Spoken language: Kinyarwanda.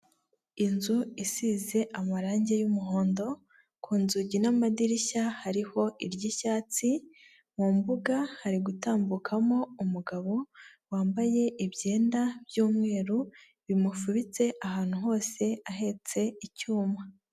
Inzu isize amarangi y'umuhondo, ku nzugi n'amadirishya hariho iry'icyatsi, mu mbuga hari gutambukamo umugabo wambaye ibyenda by'umweru bimufubitse ahantu hose, ahetse icyuma.